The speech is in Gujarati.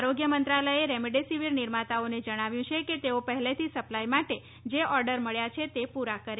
આરોગ્ય મંત્રાલયે રેમડેસીવીર નિર્માતાઓને જણાવ્યું છે કે તેઓ પહેલેથી સપ્લાય માટે જે ઓર્ડસ મબ્યા છે તે પૂરા કરે